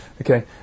Okay